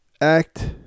act